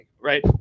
Right